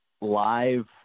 live